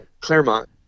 claremont